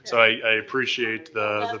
i appreciate the